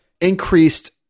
increased